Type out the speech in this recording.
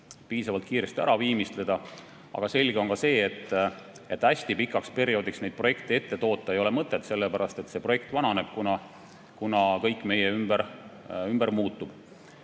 piisavalt kiiresti ära viimistleda. Aga selge on ka see, et hästi pikaks perioodiks neid projekte ette toota ei ole mõtet, sest projekt vananeb, kuna kõik meie ümber muutub.